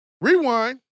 Rewind